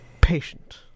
patient